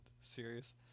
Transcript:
Serious